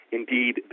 indeed